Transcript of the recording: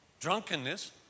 drunkenness